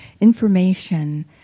information